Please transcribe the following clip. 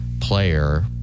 player